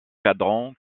cadran